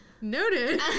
Noted